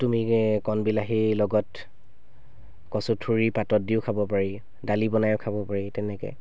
তুমি এই কণবিলাহী লগত কচু ঠুৰি পাতত দিও খাব পাৰি দালি বনায়ো খাব পাৰি তেনেকৈ